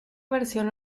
versión